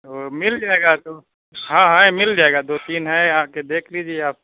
تو مل جائے گا تو ہاں ہاں مل جائے گا دو تین ہے آ کے دیکھ لیجیے آپ